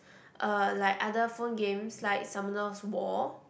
uh like other phone games like Summoners War